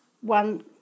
one